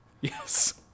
Yes